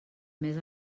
més